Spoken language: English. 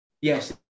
Yes